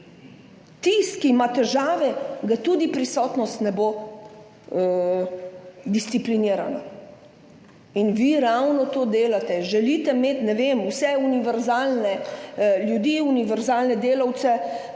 Tisti, ki ima težave, ga tudi prisotnost ne bo disciplinirala. In vi ravno to delate, želite imeti, ne vem, vse univerzalne ljudi, univerzalne delavce,